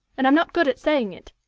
and i'm not good at saying it.